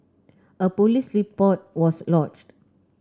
a police report was lodged